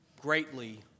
greatly